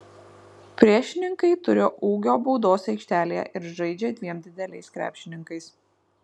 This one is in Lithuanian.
priešininkai turi ūgio baudos aikštelėje ir žaidžia dviem dideliais krepšininkais